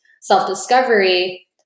self-discovery